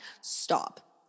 stop